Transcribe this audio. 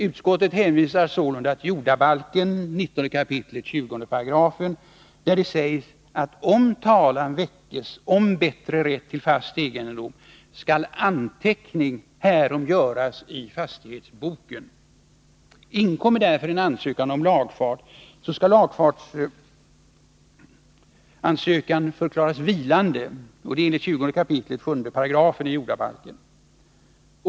Utskottet hänvisar sålunda till bestämmelserna i 19 kap. 20 § jordabalken, där det sägs att om talan väckes om bättre rätt till fast egendom, skall anteckning härom göras i fastighetsboken. Inkommer därefter en ansökan om lagfart, skall lagfartsansökan förklaras vilande enligt 20 kap. 7 § jordabalken.